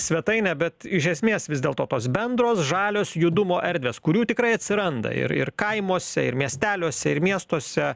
svetainę bet iš esmės vis dėlto tos bendros žalios judumo erdvės kurių tikrai atsiranda ir ir kaimuose ir miesteliuose ir miestuose